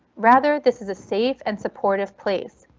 rather, this is a safe and supportive place.